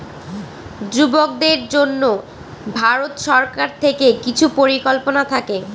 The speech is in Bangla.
যুবকদের জন্য ভারত সরকার থেকে কিছু পরিকল্পনা থাকে